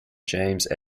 james